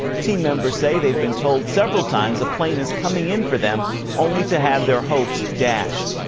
team members say they have been told several times a plane is coming in for them only to have their hopes dashed.